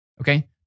Okay